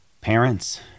Parents